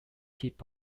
hip